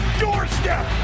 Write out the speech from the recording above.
doorstep